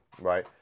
right